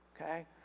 okay